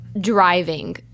driving